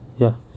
ya